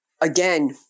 again